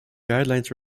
guidelines